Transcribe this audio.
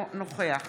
אינו נוכח